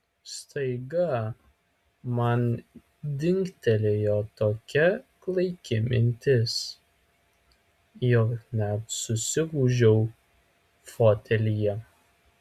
staiga man dingtelėjo tokia klaiki mintis jog net susigūžiau fotelyje